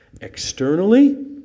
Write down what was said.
Externally